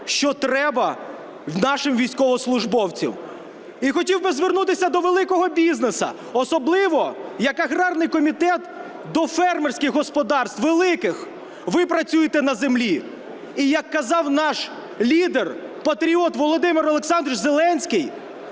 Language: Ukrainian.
що треба нашим військовослужбовцям. І хотів би звернутися до великого бізнесу, особливо як аграрний комітет, до фермерських господарств великих. Ви працюєте на землі. І як казав наш лідер, патріот Володимир Олександрович Зеленський: